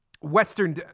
Western